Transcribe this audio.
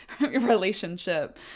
relationship